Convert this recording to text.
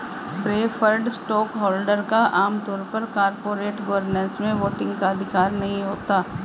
preferred stockholder का आम तौर पर कॉरपोरेट गवर्नेंस में वोटिंग अधिकार नहीं होता है